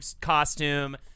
costume